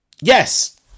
Yes